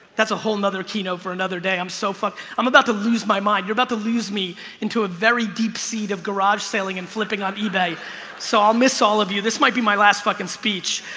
that's a whole nother keynote for another day i'm so fucked i'm about to lose my mind you're about to lose me into a very deep seed garage saleing and flipping on ebay so i'll miss all of you. this might be my last fucking speech